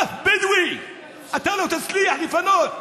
אף בדואי אתה לא תצליח לפנות,